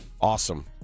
Awesome